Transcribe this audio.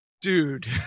dude